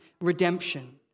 redemption